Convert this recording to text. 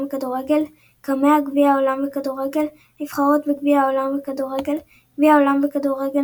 בכדורגל קמע גביע העולם בכדורגל הנבחרות בגביע העולם בכדורגל